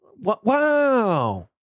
Wow